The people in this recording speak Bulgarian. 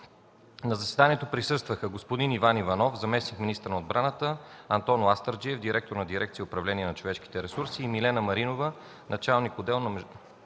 На заседанието присъстваха: Иван Иванов – заместник-министър на отбраната, Антон Ластарджиев – директор на дирекция „Управление на човешките ресурси”, и Милена Маринова – началник на отдел „Международно